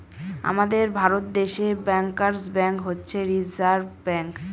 আমাদের ভারত দেশে bankers bank হচ্ছে রিসার্ভ ব্যাঙ্ক